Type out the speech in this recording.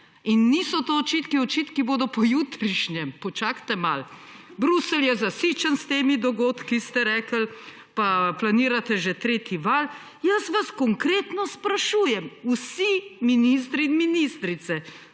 in niso to očitki, očitki bojo pojutrišnjem. Počakajte malo! Bruselj je zasičen s temi dogodki, ste rekli, pa planirate že tretji val … Konkretno vas sprašujem! Vsi ministri in ministrice